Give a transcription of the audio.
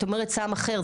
את אומרת סם אחר,